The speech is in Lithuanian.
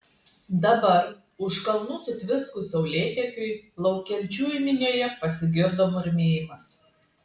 dabar už kalnų sutviskus saulėtekiui laukiančiųjų minioje pasigirdo murmėjimas